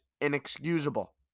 inexcusable